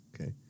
Okay